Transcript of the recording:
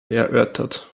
erörtert